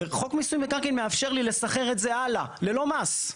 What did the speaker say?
וחוק מיסוי מקרקעין מאפשר לי לסחר את זה הלאה ללא מס.